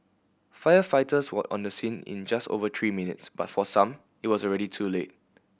firefighters were on the scene in just over three minutes but for some it was already too late